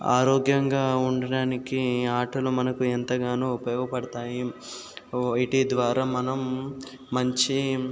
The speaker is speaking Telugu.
ఆరోగ్యంగా ఉండటానికి ఆటలు మనకు ఎంతగానో ఉపయోగపడతాయి ఇటీ ద్వారా మనం మంచి